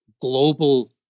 global